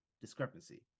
discrepancy